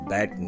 Bad